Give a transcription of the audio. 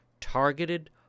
Targeted